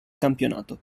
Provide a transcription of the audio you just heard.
campionato